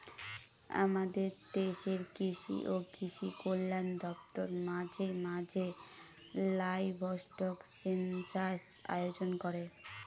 আমাদের দেশের কৃষি ও কৃষি কল্যাণ দপ্তর মাঝে মাঝে লাইভস্টক সেনসাস আয়োজন করে